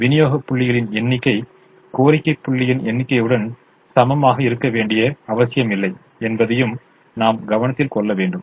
விநியோக புள்ளிகளின் எண்ணிக்கை கோரிக்கை புள்ளிகளின் எண்ணிக்கையுடன் சமமாக இருக்க வேண்டிய அவசியமில்லை என்பதையும் நாம் கவனத்தில் கொள்ள வேண்டும்